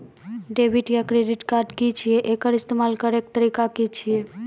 Debit या credit card की छियै? एकर इस्तेमाल करैक तरीका की छियै?